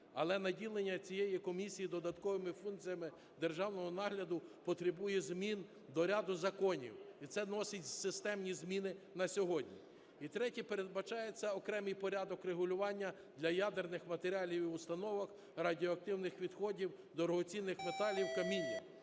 але наділення цієї комісії додатковими функціями державного нагляду потребує змін до ряду законів. І це носить системні зміни на сьогодні. І третє: передбачається окремий порядок регулювання для ядерних матеріалів і установок радіоактивних відходів, дорогоцінних металів, каміння.